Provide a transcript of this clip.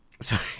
sorry